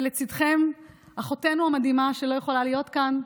ולצידכם אחותכם המדהימה, שלא יכולה להיות כאן,